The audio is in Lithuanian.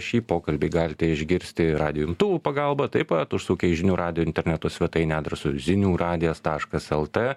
šį pokalbį galite išgirsti radijo imtuvų pagalba taip pat užsukę į žinių radijo interneto svetainę adresu zinių radijas taškas lt